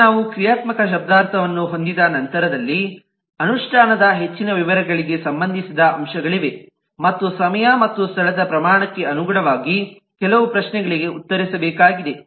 ಈಗ ನಾವು ಕ್ರಿಯಾತ್ಮಕ ಶಬ್ದಾರ್ಥವನ್ನು ಹೊಂದಿದ ನಂತರದಲ್ಲಿ ಅನುಷ್ಠಾನದ ಹೆಚ್ಚಿನ ವಿವರಗಳಿಗೆ ಸಂಬಂಧಿಸಿದ ಅಂಶಗಳಿವೆ ಮತ್ತು ಸಮಯ ಮತ್ತು ಸ್ಥಳದ ಪ್ರಮಾಣಕ್ಕೆ ಅನುಗುಣವಾಗಿ ಕೆಲವು ಪ್ರಶ್ನೆಗಳಿಗೆ ಉತ್ತರಿಸಬೇಕಾಗಿದೆ